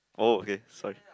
oh okay sorry